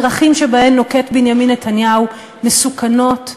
הדרכים שנוקט בנימין נתניהו מסוכנות,